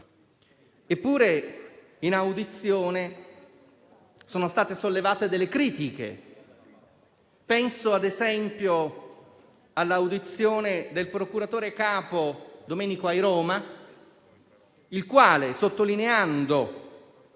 Eppure in audizione sono state sollevate delle critiche. Penso ad esempio all'audizione del procuratore capo Domenico Airoma, il quale, sottolineando